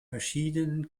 verschiedenen